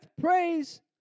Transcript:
praise